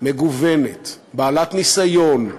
מגוונת, בעלת ניסיון,